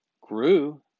grew